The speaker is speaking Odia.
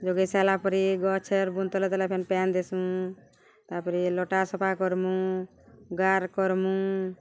ଜଗେଇ ସାର୍ଲା ପରେ ଗଛ୍ର ବୁନ୍ଦ୍ ତଲେ ତଲେ ଫେନ୍ ପେନ୍ ଦେସୁ ତା'ପରେ ଲଟା ସଫା କର୍ମୁ ଗାର୍ କର୍ମୁ